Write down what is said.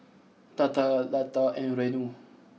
Tata Lata and Renu